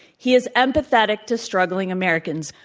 he is empathetic to struggling americans.